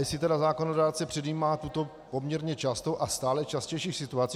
Jestli tedy zákonodárce předjímá tuto poměrně častou a stále častější situaci.